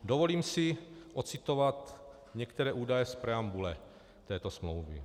Dovolím si ocitovat některé údaje z preambule této smlouvy.